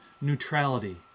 neutrality